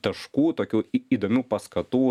taškų tokių į įdomių paskatų